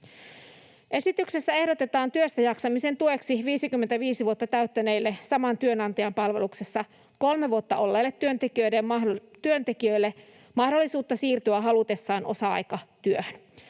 Esityksessä ehdotetaan työssäjaksamisen tueksi 55 vuotta täyttäneille saman työnantajan palveluksessa kolme vuotta olleille työntekijöille mahdollisuutta siirtyä halutessaan osa-aikatyöhön.